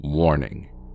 Warning